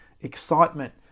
excitement